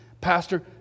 pastor